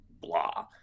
blah